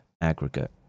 aggregate